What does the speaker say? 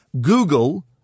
Google